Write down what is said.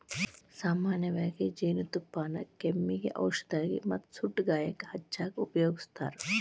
ಸಾಮನ್ಯವಾಗಿ ಜೇನುತುಪ್ಪಾನ ಕೆಮ್ಮಿಗೆ ಔಷದಾಗಿ ಮತ್ತ ಸುಟ್ಟ ಗಾಯಕ್ಕ ಹಚ್ಚಾಕ ಉಪಯೋಗಸ್ತಾರ